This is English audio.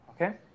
okay